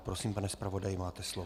Prosím, pane zpravodaji, máte slovo.